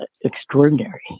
extraordinary